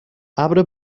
ابر